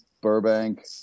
Burbank